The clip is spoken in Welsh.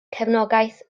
cefnogaeth